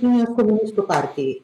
kinijos komunistų partijai